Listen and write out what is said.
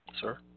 sir